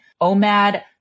OMAD